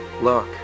Look